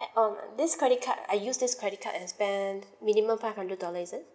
add on this credit card I use this credit card and spend minimum five hundred dollar is it